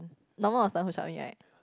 normal of the who saw me right